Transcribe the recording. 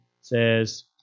says